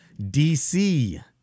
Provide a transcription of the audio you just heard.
DC